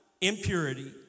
impurity